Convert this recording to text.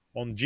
on